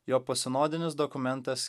jo posinodinis dokumentas